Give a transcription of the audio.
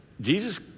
Jesus